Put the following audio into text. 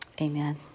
Amen